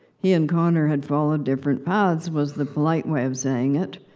he and connor had followed different paths, was the polite way of saying it.